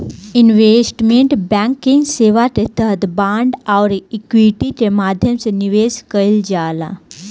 investment banking सेवा के तहत बांड आउरी इक्विटी के माध्यम से निवेश कईल जाला